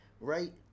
Right